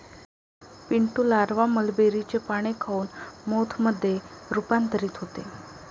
Pintu larva मलबेरीचे पाने खाऊन मोथ मध्ये रूपांतरित होते